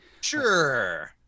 sure